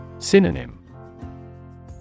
Synonym